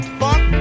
fuck